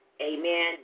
Amen